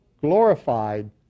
glorified